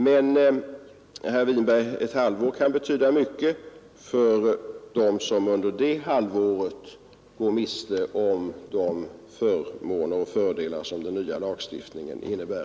Men, herr Winberg, ett halvår kan betyda mycket för dem som under det halvåret går miste om de förmåner och fördelar som den nya lagstiftningen innebär.